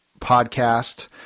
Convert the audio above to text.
podcast